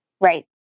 Right